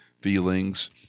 feelings